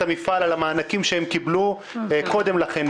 המפעל על המענקים שהוא קיבל קודם לכן,